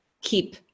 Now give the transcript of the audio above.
keep